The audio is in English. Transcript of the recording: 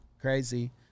crazy